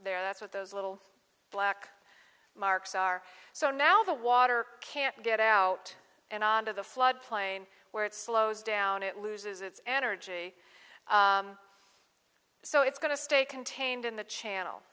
there that's what those little black marks are so now the water can't get out and on to the floodplain where it slows down it loses its energy so it's going to stay contained in the channel